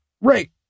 Right